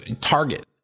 target